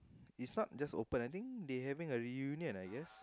is not just open I think they having a reunion I guess